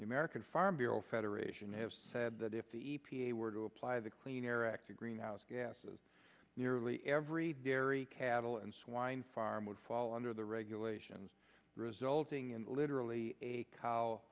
american farm bureau federation have said that if the e p a were to apply the clean air act to greenhouse gases nearly every dairy cattle and swine farm would fall under the regulations resulting in literally a cow